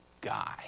guy